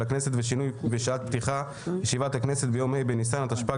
הכנסת ושינוי בשעת פתיחת ישיבת הכנסת ביום ה' בניסן התשפ"ג,